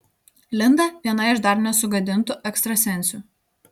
linda viena iš dar nesugadintų ekstrasensių